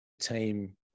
team